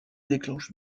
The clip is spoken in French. déclenche